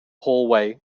hallway